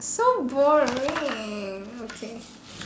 so boring okay